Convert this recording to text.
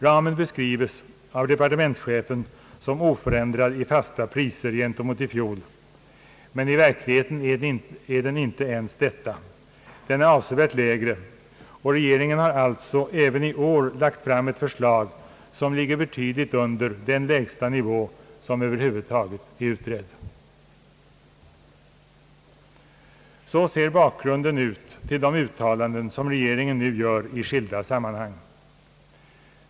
Ramen beskrives av departementschefen som oförändrad i fasta priser mot i fjol, men i verkligheten är den inte ens detta. Den är avsevärt lägre, och regeringen har alltså även i år lagt fram ett förslag som ligger betydligt under den lägsta nivå som över huvud taget är utredd. Så ser bakgrunden ut till de uttalanden som regeringen nu gör i skilda sammanhang.